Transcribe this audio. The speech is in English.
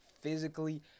physically